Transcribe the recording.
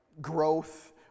growth